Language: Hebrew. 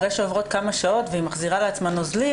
אחרי שעוברות כמה שעות והיא מחזירה לעצמה נוזלים,